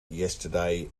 yesterday